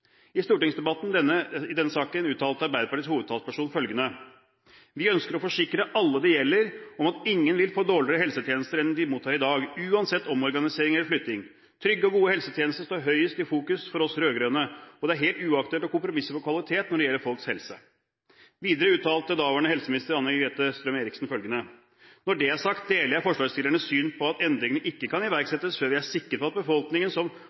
I stortingsdebatten i denne saken uttalte Arbeiderpartiets hovedtalsperson følgende: «Vi ønsker å forsikre alle det gjelder, om at ingen vil få dårligere helsetjenester enn de mottar i dag, uansett omorganisering eller flytting. Trygge og gode helsetjenester står høyest i fokus for oss rød-grønne, og det er helt uaktuelt å kompromisse på kvalitet når det gjelder folks helse.» Videre uttalte daværende helseminister, Anne-Grete Strøm-Erichsen, følgende: «Når det er sagt, deler jeg forslagsstillernes syn på at endringene ikke kan iverksettes før vi er sikre på at befolkningen som